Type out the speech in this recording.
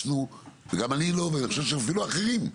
גם אני לא ואני חושב שאפילו אחרים,